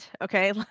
okay